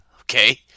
Okay